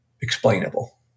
explainable